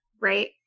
Right